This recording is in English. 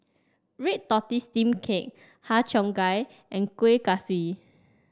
Red Tortoise Steamed Cake Har Cheong Gai and Kueh Kaswi